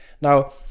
Now